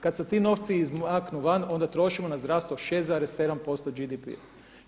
Kada se ti novci izmaknu van, onda trošimo na zdravstvo 6,7% GDP-a.